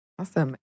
Awesome